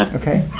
ah okay,